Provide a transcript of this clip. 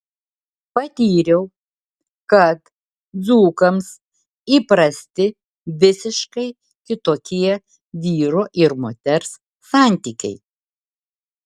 patyriau kad dzūkams įprasti visiškai kitokie vyro ir moters santykiai